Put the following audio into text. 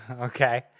Okay